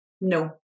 no